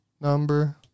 Number